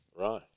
Right